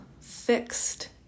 fixed